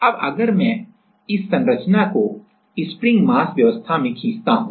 अब अगर मैं इस संरचना को स्प्रिंग मास व्यवस्था में खींचता हूं